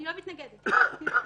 אני לא מתנגדת לזה.